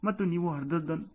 5 ರ ಅರ್ಧದಷ್ಟು 0